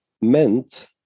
meant